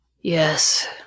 Yes